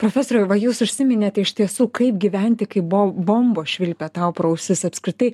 profesoriau va jūs užsiminėt iš tiesų kaip gyventi kaip bo bombos švilpia tau pro ausis apskritai